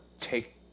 take